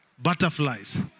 Butterflies